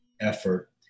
effort